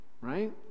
right